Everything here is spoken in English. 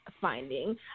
finding